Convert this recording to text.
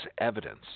evidence